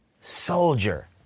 Soldier